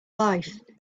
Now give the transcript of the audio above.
life